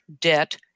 debt